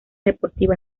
deportivas